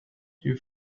you